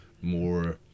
more